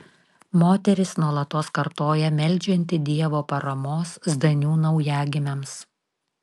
moteris nuolatos kartoja meldžianti dievo paramos zdanių naujagimiams